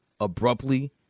abruptly